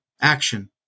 Action